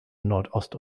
nordost